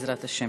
בעזרת השם.